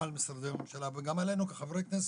- גם על משרדי הממשלה וגם עלינו כחברי כנסת.